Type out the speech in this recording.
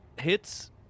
hits